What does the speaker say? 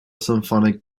symphonic